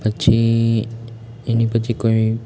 પછી એની પછી કોઈ